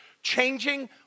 Changing